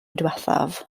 diwethaf